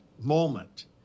moment